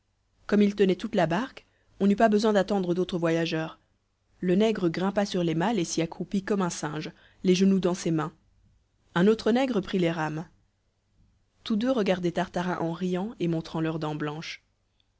comme ils tenaient toute la barque on n'eut pas besoin d'attendre d'autres voyageurs le nègre grimpa sur les malles et s'y accroupit comme un singe les genoux dans ses mains un autre nègre prit les rames tous deux regardaient tartarin en riant et montrant leurs dents blanches